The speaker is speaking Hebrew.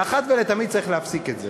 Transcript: ואחת ולתמיד צריך להפסיק את זה,